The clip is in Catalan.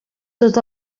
tot